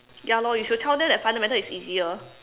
ya lor you should tell them that fundamental is easier